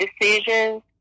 decisions